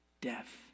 death